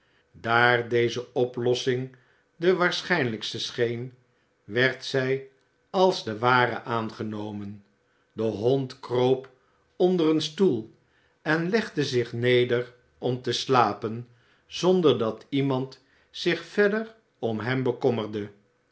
daar deze oplossing de waarschijnlijkste scheen werd zij als de ware aangenomen de hond kroop onder een stoel en legde zich neder om te slapen zonder dat iemand zich verder om hem bekommerde